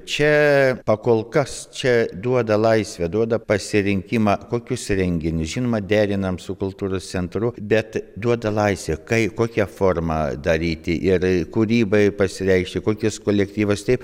čia pakol kas čia duoda laisvę duoda pasirinkimą kokius renginius žinoma derinam su kultūros centru bet duoda laisvę kaip kokia forma daryti ir kūrybai pasireikšti kokis kolektyvas taip